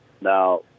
Now